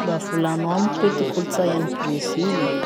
Mba volano amiko ty kolotsay any Brezily?